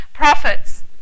prophets